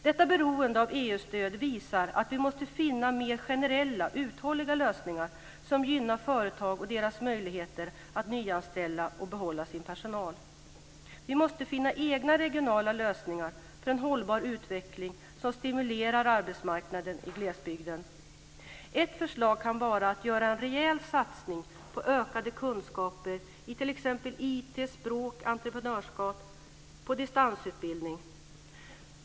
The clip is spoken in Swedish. Detta beroende av EU-stöd visar att vi måste finna mer generella uthålliga lösningar som gynnar företag och deras möjligheter att nyanställa och behålla sin personal. Vi måste finna egna regionala lösningar för en hållbar utveckling som stimulerar arbetsmarknaden i glesbygden. Ett förslag kan vara att göra en rejäl satsning på ökade kunskaper i t.ex. IT, språk och entreprenörskap genom distansutbildning.